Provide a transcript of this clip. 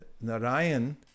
Narayan